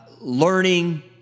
learning